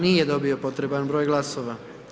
Nije dobio potreban broj glasova.